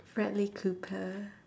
bradley cooper